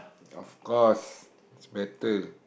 of course is better